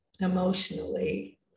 emotionally